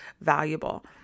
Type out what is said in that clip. valuable